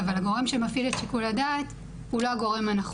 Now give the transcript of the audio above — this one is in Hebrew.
24 עררים לבית הדין לעררים לפי חוק הכניסה